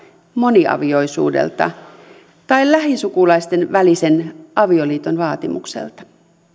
moniavioisuudelta tai lähisukulaisten välisen avioliiton vaatimukselta